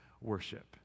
worship